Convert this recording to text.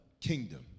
kingdom